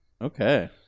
Okay